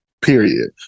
period